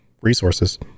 resources